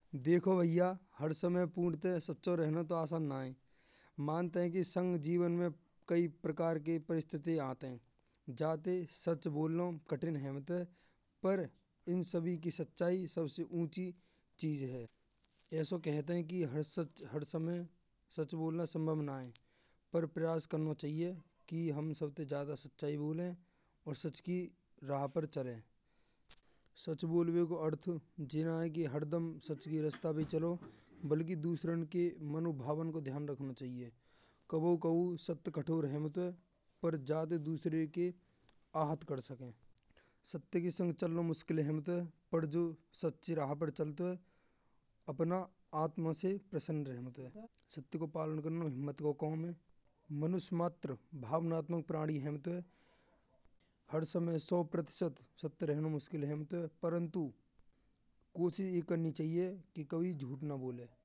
देखो भइया हर समय पूर्णत्या साचो रहनो तो आसान न होय। मानते हैं कि संग जीवन में कई प्रकार की परिस्थिति आत हैं। जाते सच बोलनो कठिन होत हैं। पर इन सभी की सच्चाई सबसे ऊँची चीज़ है। ऐसा बोलते हैं कि हर समय सच बोलनो संभव न है। पर प्रयास करनो चाहिये। कि हम हम सबसे ज्यादा सच्चाई बोले और सच की राह पर चले। सच बोलबे का अर्थ यह न हैं कि सच के रास्ता पर ही चलो। बल्कि दूसरन की मनोभावन का ध्यान रखनो चाहिये। कभी कभी सत्य कठोर हो सके पर दूसरों का आहत कर सके। पर जो साची रहा पर चलतो हैं। अपनी आत्मा से प्रसन्न रहमत हैं। सत्य का पालन करनो हिम्मत को काम हैं। मनुष्य मात्र भावनात्मक प्राणी होत हैं। हर समय सौ प्रतिशत सत्य रहनो मुश्किल हेतो हैं। परन्तु कोशिश यह करनी चाहिये कि कभी झूठ न बोले।